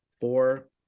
Four